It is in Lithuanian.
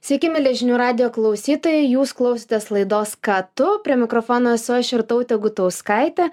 sveiki mieli žinių radijo klausytojai jūs klausotės laidos ką tu prie mikrofono esu aš irtautė gutauskaitė